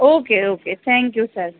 okay okay thank you sir